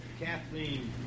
Kathleen